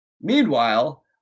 Meanwhile